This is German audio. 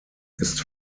ist